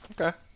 Okay